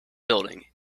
building